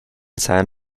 san